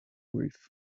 roof